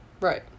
Right